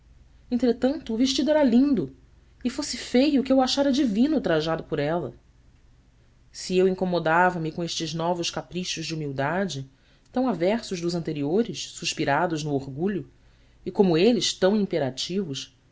entretanto o vestido era lindo e fosse feio que eu o achara divino trajado por ela se eu incomodava me com estes novos caprichos de humildade tão aversos dos anteriores suspirados no orgulho e como eles tão imperativos